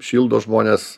šildo žmones